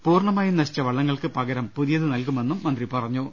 പൂർണ്ണമാ യും നശിച്ച വള്ളങ്ങൾക്ക് പകരം പുതിയത് നൽകുമെന്നും മന്ത്രി പറഞ്ഞു